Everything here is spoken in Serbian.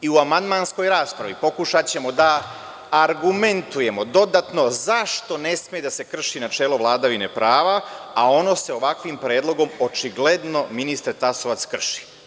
U amandmanskoj raspravi pokušaćemo da argumentujemo dodatno zašto ne sme da se krši načelo vladavine prava, a ono se ovakvim predlogom očigledno, ministre Tasovac, krši.